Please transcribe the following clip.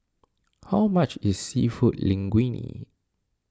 how much is Seafood Linguine